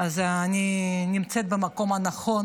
אני נמצאת במקום הנכון